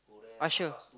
usher